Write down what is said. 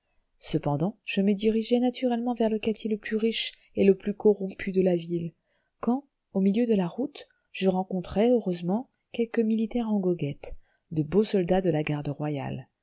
cependant je me dirigeais naturellement vers le quartier le plus riche et le plus corrompu de la ville quand au milieu de la route je rencontrai heureusement quelques militaires en goguette de beaux soldats de la garde royale